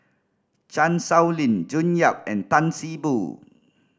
Chan Sow Lin June Yap and Tan See Boo